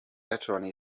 attorney